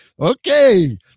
okay